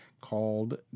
called